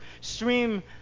stream